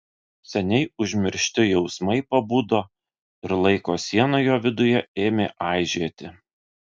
seniai užmiršti jausmai pabudo ir laiko siena jo viduje ėmė aižėti